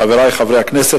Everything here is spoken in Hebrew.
חברי חברי הכנסת,